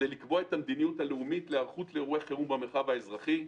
וזה לקבוע את המדיניות הלאומית להיערכות לאירועי חירום במרחב האזרחי,